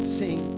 sing